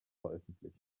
veröffentlicht